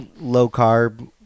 low-carb